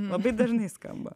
labai dažnai skamba